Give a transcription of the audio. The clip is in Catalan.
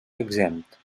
exempt